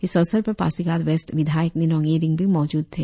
इस अवसर पर पासीघाट वेस्ट विधायक निनोंग इरिंग भी मौजूद थे